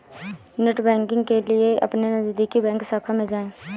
net banking के लिए अपने नजदीकी बैंक शाखा में जाए